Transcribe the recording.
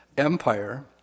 empire